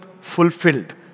fulfilled